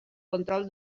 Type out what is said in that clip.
control